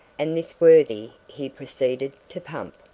and this worthy he proceeded to pump.